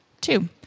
Two